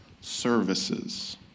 services